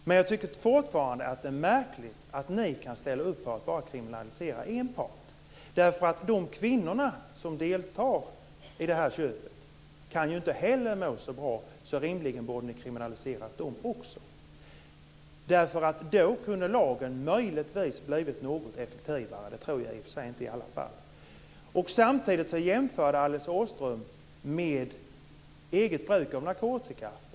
Men jag tycker fortfarande att det är märkligt att ni kan ställa upp på att bara kriminalisera en part. De kvinnor som deltar i köpet kan inte heller må så bra, så rimligen borde ni kriminalisera dem också. Då kunde lagen möjligtvis ha blivit något effektivare - det tror jag i och för sig inte i alla fall. Samtidigt jämförde Alice Åström med eget bruk av narkotika.